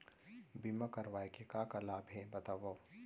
बीमा करवाय के का का लाभ हे बतावव?